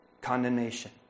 Condemnation